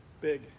big